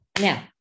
Now